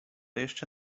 jeszcze